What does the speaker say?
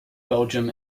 belgium